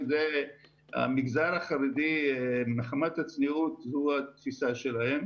המגזר החרדי מחמת הצניעות, זו התפיסה שלהם.